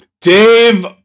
dave